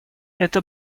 это